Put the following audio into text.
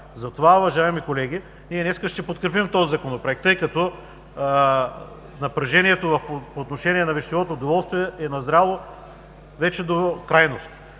Затова, уважаеми колеги, днес ще подкрепим този Законопроект, тъй като напрежението по отношение на вещевото доволствие е назряло до крайност.